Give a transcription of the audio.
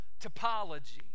topology